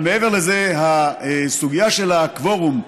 אבל מעבר לזה, בסוגיה של הקוורום,